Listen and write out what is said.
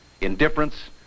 Indifference